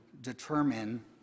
determine